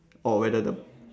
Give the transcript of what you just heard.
or whether the